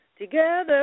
together